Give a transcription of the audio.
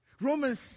Romans